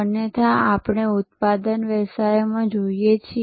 અન્યથા આપણે ઉત્પાદન વ્યવસાયોમાં જોઈએ છીએ